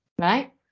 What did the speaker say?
right